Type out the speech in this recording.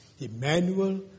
Emmanuel